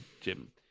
Jim